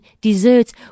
desserts